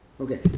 Okay